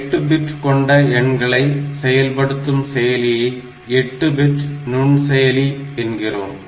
8 bit கொண்ட எண்களை செயல்படுத்தும் செயலியை 8 பிட்டு நுண்செயலி என்கிறோம்